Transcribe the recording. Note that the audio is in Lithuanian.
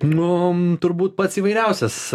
nu turbūt pats įvairiausias